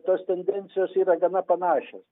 tos tendencijos yra gana panašios